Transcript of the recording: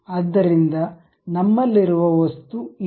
ಆದ್ದರಿಂದ ನಮ್ಮಲ್ಲಿರುವ ವಸ್ತು ಇದು